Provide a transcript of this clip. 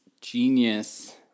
genius